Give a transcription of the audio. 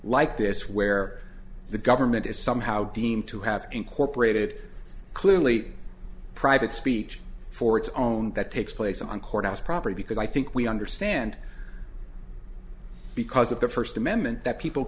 like this where the government is somehow deemed to have incorporated clearly private speech for its own that takes place on courthouse property because i think we understand because of the first amendment that people